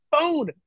phone